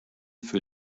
für